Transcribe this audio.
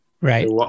right